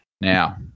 Now